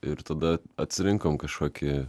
ir tada atsirinkom kažkokį